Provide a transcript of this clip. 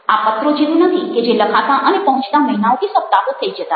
આ પત્રો જેવું નથી કે જે લખાતાં અને પહોંચતાં મહિનાઓ કે સપ્તાહો થઈ જતાં